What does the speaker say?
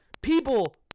people